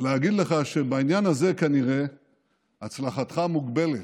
להגיד לך שבעניין הזה כנראה הצלחתך מוגבלת,